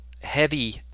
heavy